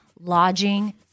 lodging